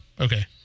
Okay